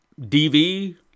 DV